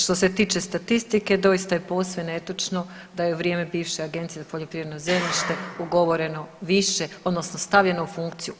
Što se tiče statistike doista je posve netočno da je u vrijeme bivše Agencije za poljoprivredno zemljište ugovoreno više, odnosno stavljeno u funkciju.